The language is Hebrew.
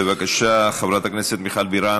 בבקשה, חברת הכנסת מיכל בירן,